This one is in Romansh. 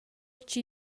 chi